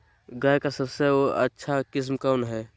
गाय का सबसे अच्छा किस्म कौन हैं?